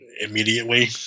immediately